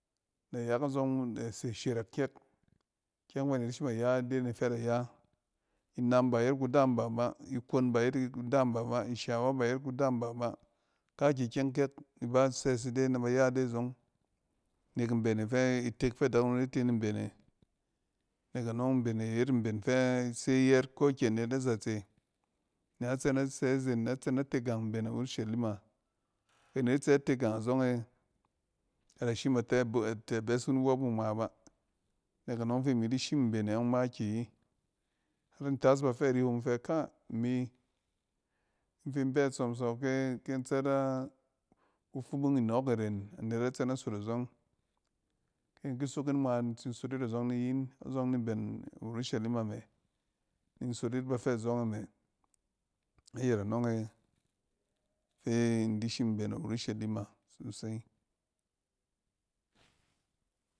Nayak azɔng na se shɛrɛk kyɛk-ikyɛng fɛ anet shim a da ya, ide ne fɛ ada ya. Inam ba iyet kudaam b aba, ikon ba yet kudaam b aba, ishawa ba yet kudaam b aba. kaakikyɛng kyak iba sɛs ide na bay a ide a zɔng nek mbene fɛe-itek fɛ adakunom di te ni mbene. Nek anɔng, mbene yet mben fɛ ise yɛt ko kyɛ anet nazatse na tsɛ na sɛ izen na tsɛ anet tsɛ tegang azɔng e, ada shim a tɛ bi-a tɛ besu niwɔp wu ngma ba. Nek anɔng fi imi di shim mbene yɔng makiyi har in tas-bafɛ ri hom in fɛ ka, im, in fɛ bɛ itsɔm sɔ ke-kin tsɛt a-kufumung inɔɔk iren anet na tsɛ na sot azɔng kin ki sok yin ngma in tsin sot yit azɔng ni yi, azɔng nimben-urushalima me ni in sot yit bafɛ a zɔng e me. ayɛt anɔng e fi in di shim mben a urushalima susey.